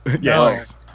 Yes